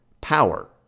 power